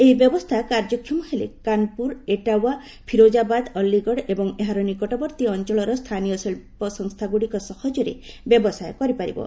ଏହି ବ୍ୟବସ୍ଥା କାର୍ଯ୍ୟକ୍ଷମ ହେଲେ କାନ୍ପୁର ଏଟାୱା ଫିରୋଜାବାଦ୍ ଅଲ୍ଲିଗଡ଼ ଏବଂ ଏହାର ନିକଟବର୍ତ୍ତୀ ଅଞ୍ଚଳର ସ୍ଥାନୀୟ ଶିଳ୍ପସଂସ୍ଥାଗୁଡ଼ିକ ସହଜରେ ବ୍ୟବସାୟ କରିପାରିବେ